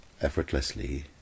effortlessly